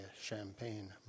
Champagne